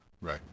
Right